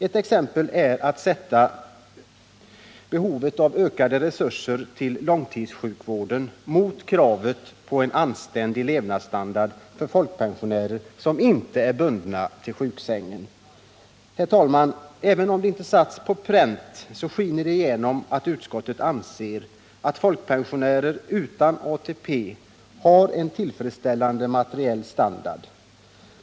Ett exempel är att sätta behovet av ökade resurser till långtidssjukvården mot kravet på en anständig levnadsstandard för folkpensionärer som inte är bundna till sjuksängen. Herr talman! Även om det inte satts på pränt, skiner det igenom att utskottet anser att folkpensionärerna utan ATP har en tillfredsställande materiell standard.